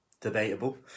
debatable